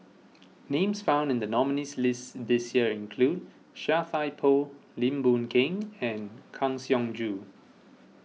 names found in the nominees' list this year include Chia Thye Poh Lim Boon Keng and Kang Siong Joo